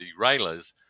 derailers